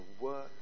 work